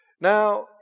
Now